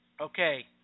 okay